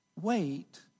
Wait